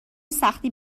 سختی